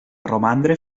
romandre